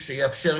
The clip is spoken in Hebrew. עם תקצוב חלקי,